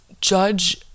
judge